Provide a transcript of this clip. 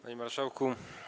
Panie Marszałku!